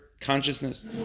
consciousness